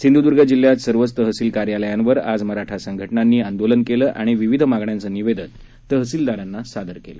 सिंधुदुर्ग जिल्ह्यात सर्वच तहसील कार्यालयावर आज मराठा संघटनांनी आंदोलन केलं आणि विविध मागण्यांच निवेदन तहसीलदारांना दिलं